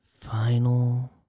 Final